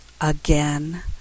again